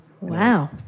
Wow